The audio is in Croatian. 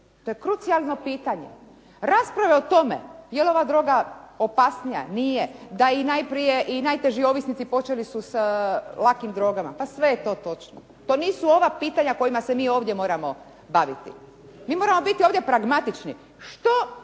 to je krucijalno pitanje. Rasprave o tome je li ova droga opasnija, nije, da i najteži ovisnici počeli su sa lakim drogama. Pa sve je to točno. To nisu ova pitanja kojima se mi ovdje moramo baviti. Mi moramo biti ovdje pragmatični što